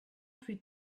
plus